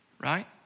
right